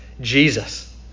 Jesus